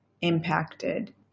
impacted